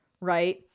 Right